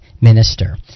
minister